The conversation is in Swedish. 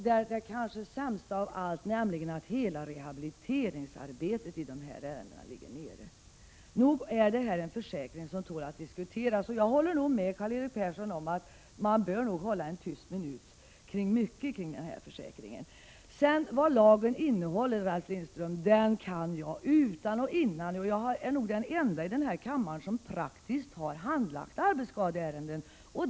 Det kanske sämsta av allt är att hela rehabiliteringsarbetet i dessa ärenden ligger nere. Nog är det en försäkring som tål att diskuteras. Jag håller nog med Karl-Erik Persson att man bör hålla en tyst minut över mycket kring denna försäkring. Vad lagen innehåller, Ralf Lindström, det kan jag utan och innan. Jag är nog den enda i denna kammare som praktiskt har handlagt arbetsskadeärenden.